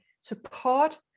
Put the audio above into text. support